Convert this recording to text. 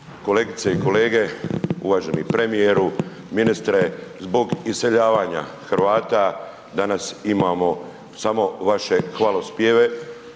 Kolegice i kolege, uvaženi premijeru, ministre, zbog iseljavanja Hrvata danas imamo samo vaše hvalospjeve